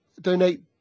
donate